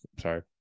sorry